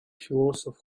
философ